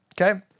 Okay